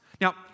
Now